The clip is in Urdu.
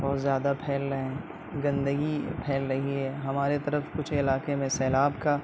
اور زیادہ پھیل رہے ہیں گندگی پھیل رہی ہے ہمارے طرف کچھ علاقے میں سیلاب کا